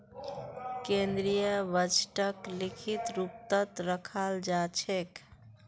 केन्द्रीय बजटक लिखित रूपतत रखाल जा छेक